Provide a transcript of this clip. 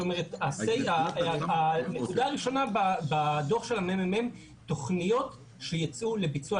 זאת אומרת הנקודה הראשונה בדוח של הממ"מ זה תוכניות שייצאו לביצוע,